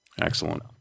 Excellent